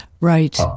Right